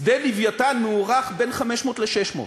שדה "לווייתן" מוערך בין 500 ל-600,